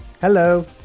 Hello